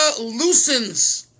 loosens